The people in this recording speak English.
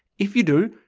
if you do,